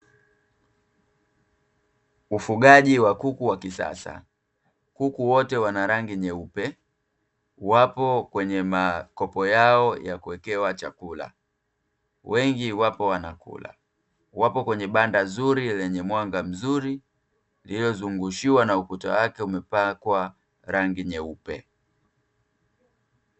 Ufugaji wa kuku wa kisasa, kuku wote wana rangi nyeupe, wapo kwenye makopo yao ya kuwekewa chakula, wengi wapo wanakula, wapo kwenye banda zuri lenye mwanga mzuri lililozungushiwa na ukuta wake umepakwa rangi nyeupe.